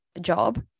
job